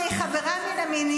חברת הכנסת עאידה תומא